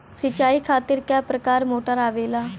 सिचाई खातीर क प्रकार मोटर आवेला?